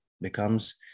becomes